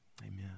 Amen